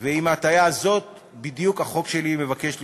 ועם ההטעיה הזאת בדיוק החוק שלי מבקש להתמודד.